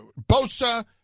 Bosa